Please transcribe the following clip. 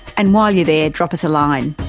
and while you're there, drop us a line.